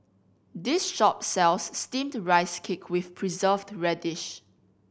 this shop sells Steamed Rice Cake with Preserved Radish